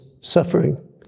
suffering